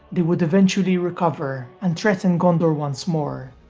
they would eventually recover and threaten gondor once more,